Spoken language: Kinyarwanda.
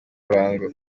ruhango